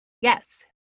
Yes